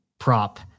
prop